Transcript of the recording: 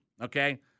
okay